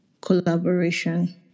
collaboration